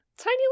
tiny